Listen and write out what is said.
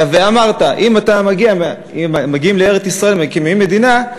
אלא "ואמרת" אם מגיעים לארץ-ישראל, מקימים מדינה,